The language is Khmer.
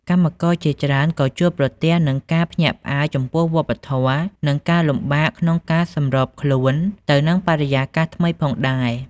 កម្មករជាច្រើនក៏ជួបប្រទះនឹងការភ្ញាក់ផ្អើលចំពោះវប្បធម៌ និងការលំបាកក្នុងការសម្របខ្លួនទៅនឹងបរិយាកាសថ្មីផងដែរ។